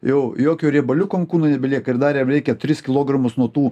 jau jokių riebaliukų ant kūno nebelieka ir dar jam reikia tris kilogramus nuo tų